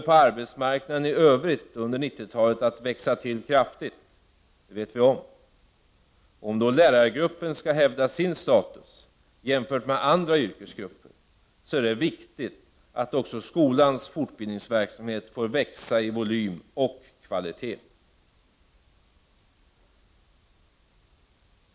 På arbetsmarknaden i övrigt under 90-talet kommer fortbildningen att växa kraftigt. Det vet vi. Om då lärargruppen skall hävda sin status, i jämförelse med andra yrkesgruppers, är det viktigt att också skolans fortbildningsverksamhet får växa i fråga om volym och kvalitet.